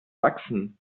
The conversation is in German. sachsen